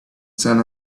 sun